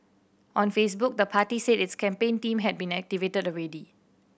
on Facebook the party said its campaign team had been activated already